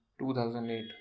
2008